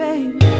Baby